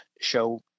show